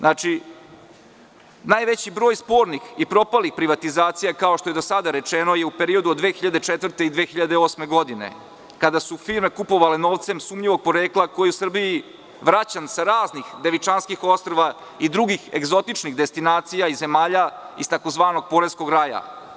Najveći broj spornih i propalih privatizacija, kao što je do sada rečeno, je u periodu od 2004. do 2008. godine, kada su firme kupovale novcem sumnjivog porekla koji je u Srbiji vraćan sa raznih Devičanskih ostrva i drugih egzotičnih destinacija i zemalja iz tzv. poreskog raja.